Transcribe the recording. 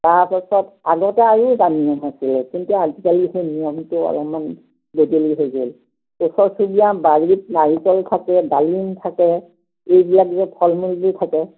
তাৰপাছত আগতে আৰু এটা নিয়ম আছিলে কিন্তু আজিকালি সেই নিয়মটো অলপমান বদলি হৈ গ'ল ওচৰ চুবুৰীয়াৰ বাৰীত নাৰিকল থাকে ডালিম থাকে এইবিলাক যে ফল মূলবোৰ থাকে